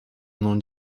mną